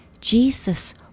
Jesus